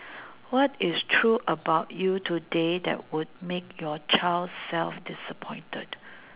what is true about you today that would make your child self disappointed